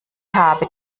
habe